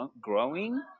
growing